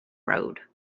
road